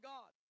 God